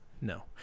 no